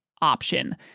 option